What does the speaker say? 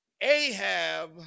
Ahab